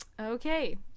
okay